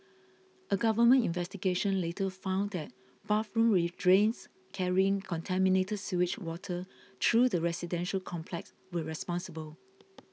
a government investigation later found that bathroom drains carrying contaminated sewage water through the residential complex were responsible